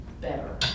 better